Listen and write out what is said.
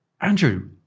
andrew